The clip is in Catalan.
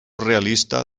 realista